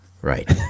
Right